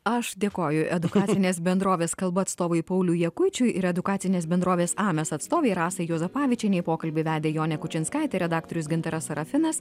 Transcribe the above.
aš dėkoju edukacinės bendrovės kalba atstovui pauliui jakučiui ir edukacinės bendrovės ames atstovei rasai juozapavičienei pokalbį vedė jonė kučinskaitė redaktorius gintaras serafinas